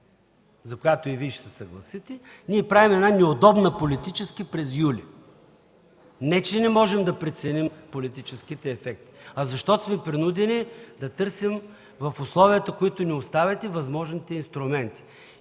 за която и Вие ще се съгласите, ние правим една неудобна политически през юли. Не че не можем да преценим политическите ефекти, а защото сме принудени да търсим в условията, които ни оставяте, възможните инструменти.